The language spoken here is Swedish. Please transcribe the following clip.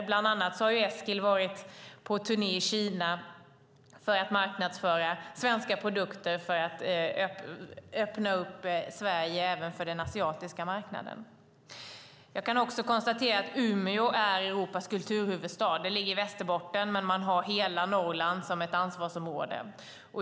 Eskil Erlandsson har bland annat varit på turné i Kina för att marknadsföra svenska produkter och för att öppna Sverige även för den asiatiska marknaden. Jag kan också konstatera att Umeå blir Europas kulturhuvudstad. Umeå ligger i Västerbotten men har hela Norrland som ansvarsområde.